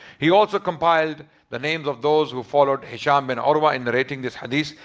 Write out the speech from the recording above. he also compiled the names of those who followed hishaam ibn urwah in narrating this hadith.